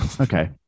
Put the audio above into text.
Okay